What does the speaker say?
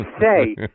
say